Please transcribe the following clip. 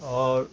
اور